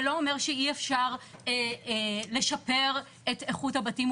ולא אומר שאי אפשר לשפר את איכות הבתים.